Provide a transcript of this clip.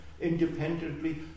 independently